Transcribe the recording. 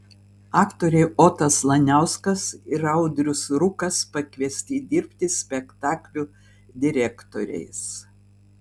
aktoriai otas laniauskas ir audrius rūkas pakviesti dirbti spektaklių direktoriais